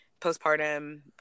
postpartum